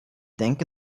denke